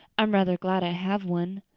i'm rather glad i have one.